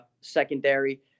secondary